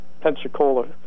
Pensacola